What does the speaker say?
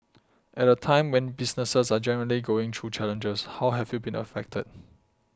at a time when businesses are generally going through challenges how have you been affected